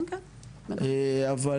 אבל